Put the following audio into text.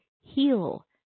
heal